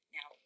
Now